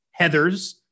heathers